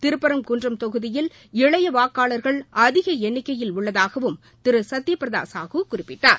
திருப்பரங்குன்றம் தொகுதியில் இளைய வாக்காளர்கள் அதிக எண்ணிக்கையில் உள்ளதாகவும் திரு சத்ய பிரதா சாஹூ குறிப்பிட்டார்